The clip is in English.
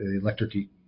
electricity